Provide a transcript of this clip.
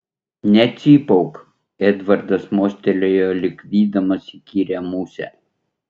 necypauk edvardas mostelėjo lyg vydamas įkyrią musę